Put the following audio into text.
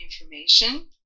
information